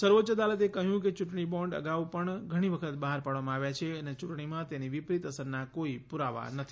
સર્વોચ્ય અદાલતે કહ્યું કે ચૂંટણી બોન્ડ અગાઉ પણ ઘણી વખત બહાર પાડવામાં આવ્યા છે અને યૂંટણીમાં તેની વિપરીત અસરના કોઈ પુરાવા નથી